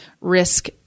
risk